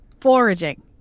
Foraging